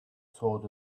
sort